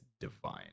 divine